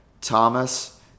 Thomas